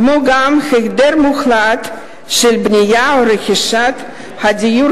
כמו גם היעדר מוחלט של בנייה או רכישת דיור